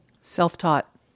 Self-taught